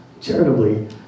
charitably